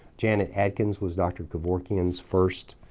janet atkins was dr. kevorkian's first